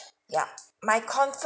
ya my comfort